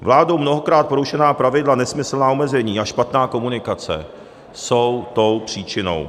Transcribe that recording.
Vládou mnohokrát porušená pravidla, nesmyslná omezení a špatná komunikace jsou tou příčinou.